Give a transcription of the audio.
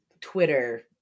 twitter